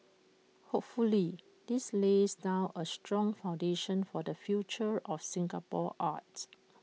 hopefully this lays down A strong foundation for the future of Singapore art